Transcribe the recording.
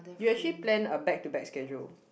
you actually plan a back to back schedule